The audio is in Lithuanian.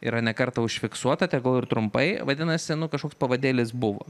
yra ne kartą užfiksuota tegul ir trumpai vadina nu kažkoks pavadėlis buvo